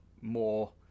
more